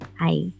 Hi